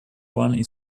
one